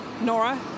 Nora